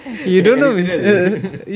dey எனக்கு தெரியாது:enakku theriyathu